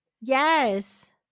Yes